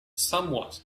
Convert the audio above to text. somewhat